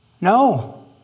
no